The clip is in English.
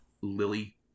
Lily